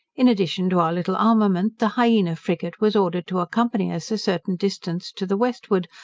in addition to our little armament, the hyena frigate was ordered to accompany us a certain distance to the westward,